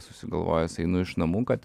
susigalvojęs einu iš namų kad